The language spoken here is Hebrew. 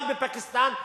גם בפקיסטן,